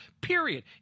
Period